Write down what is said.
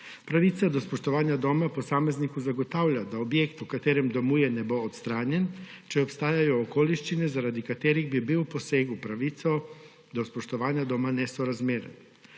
Pravica do spoštovanja doma posamezniku zagotavlja, da objekt, v katerem domuje, ne bo odstranjen, če obstajajo okoliščine, zaradi katerih bi bil poseg v pravico do spoštovanja doma nesorazmeren.